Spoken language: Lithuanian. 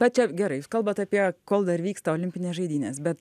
bet čia gerai jūs kalbat apie kol dar vyksta olimpinės žaidynės bet